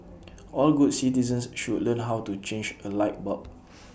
all good citizens should learn how to change A light bulb